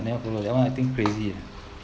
I never follow that one I think crazy ah